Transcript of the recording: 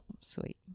Sweet